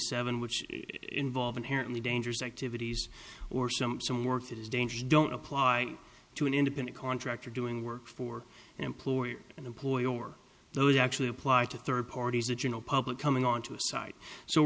seven which involve inherently dangerous activities or some some work that is dangerous don't apply to an independent contractor doing work for an employer and employee or those actually apply to third parties the general public coming onto a site so